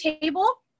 table